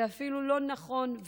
ואפילו לא נכון.